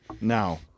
now